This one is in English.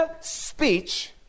speech